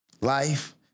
Life